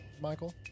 michael